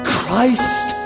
Christ